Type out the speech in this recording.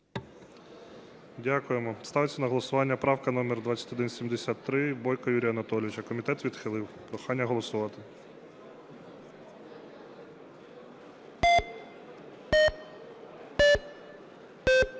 Дякуємо. Ставиться на голосування правка номер 2173 Бойка Юрія Анатолійовича. Комітет відхилив. Прохання голосувати.